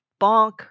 bonk